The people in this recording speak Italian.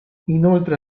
inoltre